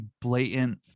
blatant